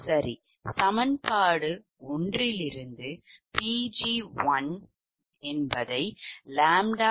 சரி சமன்பாடு 1 இலிருந்து Pg1ʎ 410